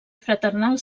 fraternal